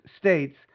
states